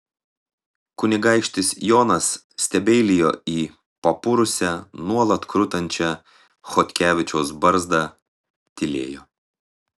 kunigaikštis jonas stebeilijo į papurusią nuolat krutančią chodkevičiaus barzdą tylėjo